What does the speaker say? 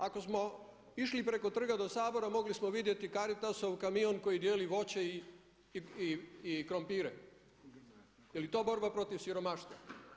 Ako smo išli preko trga do Sabora mogli smo vidjeti Caritasov kamion koji dijeli voće i krompire, jeli to borba protiv siromaštva?